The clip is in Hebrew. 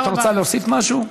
את רוצה להוסיף משהו?